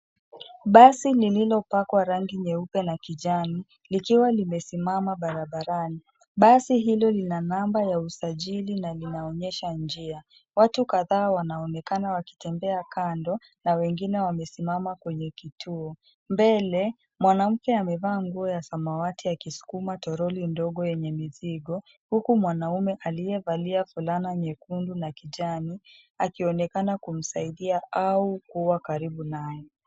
Basi lililopakwa rangi nyeupe na kijani likiwa limesimama barabarani, basi hilo lina namba ya usajili na linaonyesha njia. Watu kadhaa wanaonekana wakitembea kando na wengine wamesimama kwenye kituo. Mbele, mwanamke amevaa nguo ya samawati akisukuma toroli ndogo yenye mizigo, huku mwanaume aliyevalia fulana nyekundu na kijani, akionekena akimsaidia au kua karibu naye.